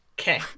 Okay